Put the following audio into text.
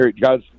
guys